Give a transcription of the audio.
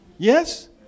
Yes